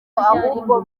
ahubwo